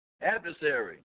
adversary